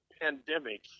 pandemic